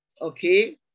okay